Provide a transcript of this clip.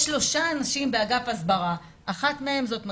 יש שלושה אנשים באגף הסברה, אחת מהן זאת מקבולה,